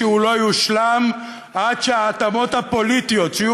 שהוא לא יושלם עד שההתאמות הפוליטיות שיהיו